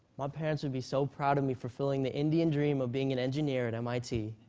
my parents would be so proud of me for filling the indian dream of being an engineer at mit.